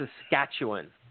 Saskatchewan